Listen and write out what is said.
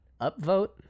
upvote